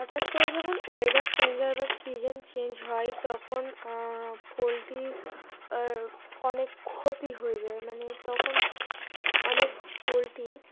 হঠাৎ করে যখন ওয়েদার চেঞ্জ হয় বা সিজন চেঞ্জ হয় তখন পোলট্রির অনেক ক্ষতি হয়ে যায় মানে তখন অনেক পোলট্রি